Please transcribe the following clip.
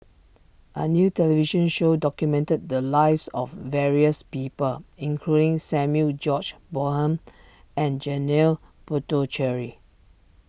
a new television show documented the lives of various people including Samuel George Bonham and Janil Puthucheary